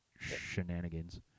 shenanigans